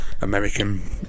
American